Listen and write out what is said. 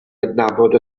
adnabod